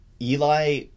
Eli